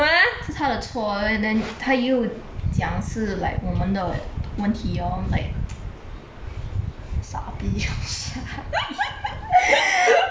是她的错 eh then 她又讲是 like 我们的问题 orh like 傻屄